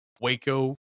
Waco